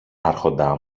άρχοντα